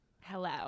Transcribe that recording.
Hello